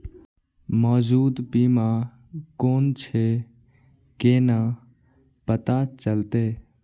मौजूद बीमा कोन छे केना पता चलते?